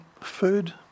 food